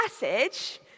passage